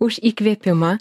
už įkvėpimą